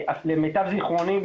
למיטב זכרוני,